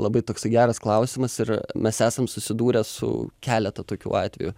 labai toksai geras klausimas ir mes esam susidūrę su keleta tokių atvejų